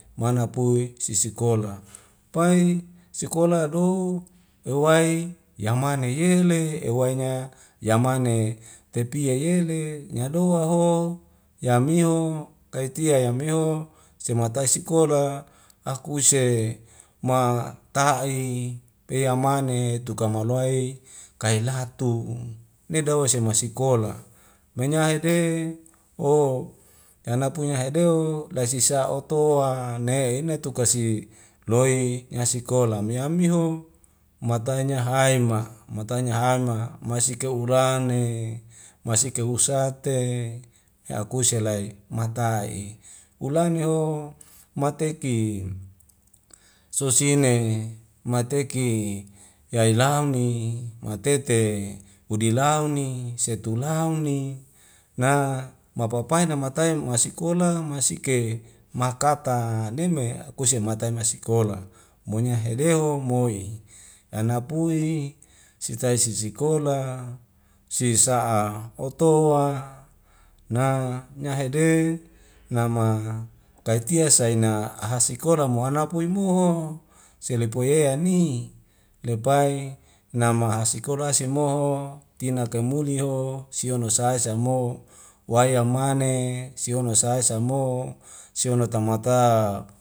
Mana pui sisikola pae sekola adou ewai yamane yele ewainya yamane tepei ye le nyadoa ho yamiho kaitia yamiho sematai sikola akuse ma ta'i peyamane tuka ma loei kailatu ne dawese si masikola manya hede o tiana punya haedeo laisisa oto wa neina tuka si loi nyasikola me amiho matanya hae ma matanya hama masike ulane masike usate me akuse elai mata'i ulai meho meteti sosine mateki yaulani matete hudilau ni setu lau ni na mapapai namatai masikola masike makata neme akuse amatai masikola monya hedeho moi yanapui sitae sisikola sisa'a otowa na nyahede nama kaitia saina ahasikola mo ana pui moho selepoea ni lepai nama asikola smoho tina kaimuli ho siwono sai sa mo waya mane sihono sai sa mo sihono tamata